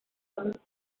damit